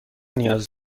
نیاز